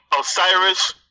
Osiris